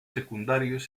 secundarios